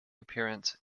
appearance